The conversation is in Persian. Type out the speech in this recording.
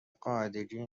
قاعدگی